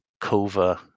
kova